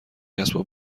اسباب